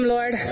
Lord